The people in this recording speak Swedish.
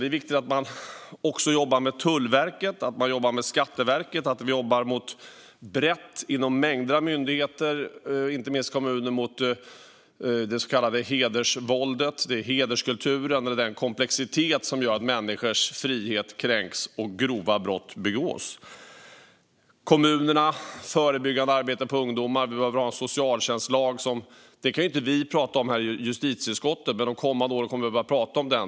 Det är viktigt att också jobba brett med Tullverket, Skatteverket och en mängd myndigheter. Det gäller inte minst att arbeta inom kommunerna med det så kallade hedersvåldet och hederskulturen och hela den komplexitet som gör att människors frihet kränks och grova brott begås. Kommunerna behöver ha ett förebyggande arbete när det gäller ungdomar. Vi behöver en ny socialtjänstlag, vilket inte ligger på oss i justitieutskottet. Under de kommande åren behöver vi dock tala om en sådan.